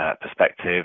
perspective